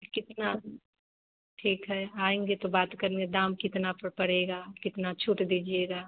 कितना ठीक है आएँगे तो बात करने दाम कितना पर पड़ेगा कितना छूट दीजिएगा